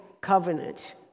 covenant